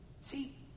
See